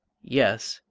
yes,